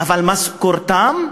משכורתם,